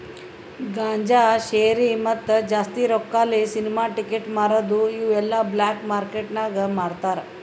ಗಾಂಜಾ, ಶೇರಿ, ಮತ್ತ ಜಾಸ್ತಿ ರೊಕ್ಕಾಲೆ ಸಿನಿಮಾ ಟಿಕೆಟ್ ಮಾರದು ಇವು ಎಲ್ಲಾ ಬ್ಲ್ಯಾಕ್ ಮಾರ್ಕೇಟ್ ನಾಗ್ ಮಾರ್ತಾರ್